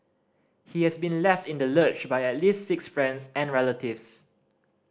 he has been left in the lurch by at least six friends and relatives